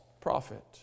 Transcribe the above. prophet